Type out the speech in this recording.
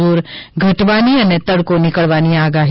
જોર ઘટવાની અને તડકો નીકળવાની આગાહી